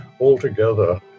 altogether